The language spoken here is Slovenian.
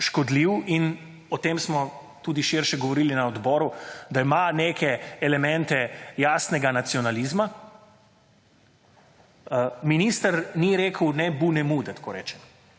škodljiv in o tem smo tudi širše govorili na odboru, da ima neke elemente jasnega nacionalizma. Minister ni rekel ne bu ne mu, da tako rečem,